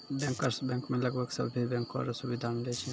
bankers bank मे लगभग सभे बैंको रो सुविधा मिलै छै